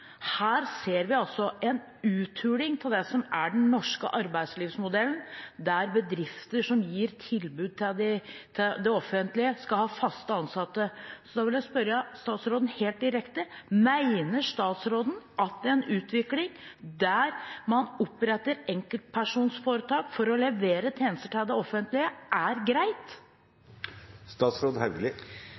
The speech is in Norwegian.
Her ser vi en uthuling av det som er den norske arbeidslivsmodellen, der bedrifter som gir tilbud til det offentlige, skal ha fast ansatte. Da vil jeg spørre statsråden helt direkte: Mener statsråden at en utvikling der man oppretter enkeltpersonforetak for å levere tjenester til det offentlige, er greit?